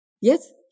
Yes